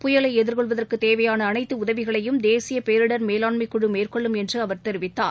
புயலைஎதிர்கொள்வதற்குதேவையானஅனைத்துஉதவிகளையும் தேசியபேரிடர் மேலாண்மைக்குழுமேற்கொள்ளும் என்றுஅவர் தெரிவித்தார்